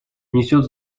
внесет